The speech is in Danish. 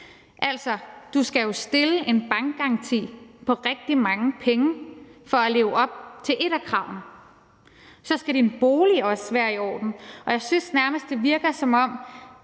du skal jo stille en bankgaranti på rigtig mange penge for at leve op til et af kravene. Og så skal din bolig også være i orden. Og jeg synes nærmest, det virker, som om